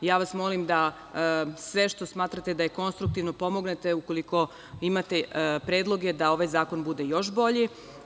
Molim vas da sve što smatrate da je konstruktivno, pomognete, ukoliko imate predloge da ovaj zakon bude još bolji.